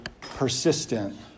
persistent